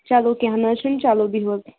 چلو کیٚنٛہہ نَہ حظ چھُنہٕ چلو بِہِو حظ